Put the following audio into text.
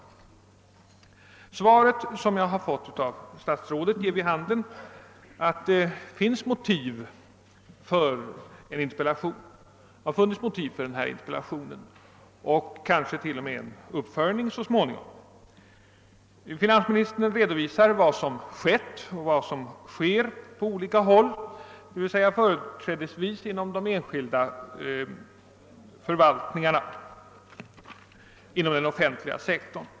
Det svar som jag har fått av statsrådet ger vid handen att det har funnits motiv för denna interpellation och att det kanske t.o.m. så småningom finns anledning att göra en uppföljning. Finansministern redovisar vad som har skett och vad som sker på olika håll, företrädesvis inom de enskilda förvaltningarna på den offentliga sektorn.